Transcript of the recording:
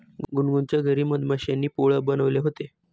गुनगुनच्या घरी मधमाश्यांनी पोळं बनवले होते